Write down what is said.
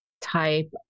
type